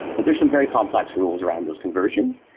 but there're some very complex rules around those conversions.